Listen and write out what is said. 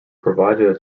provided